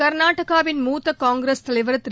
க்நாடகாவின் மூத்த காங்கிரஸ் தலைவர் திரு